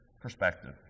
perspective